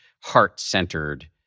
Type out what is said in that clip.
heart-centered